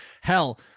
hell